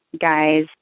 guys